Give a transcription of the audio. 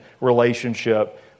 relationship